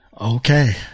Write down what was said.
Okay